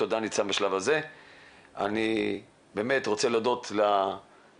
גבם העכשווית --- צריך לזכור ואני שוב אומר את זה,